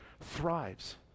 thrives